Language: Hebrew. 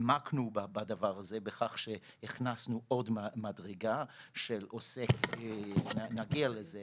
העמקנו בדבר הזה בכך שהכנסנו עוד מדרגה של חייב זעיר ועוד נגיע לזה